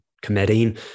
committing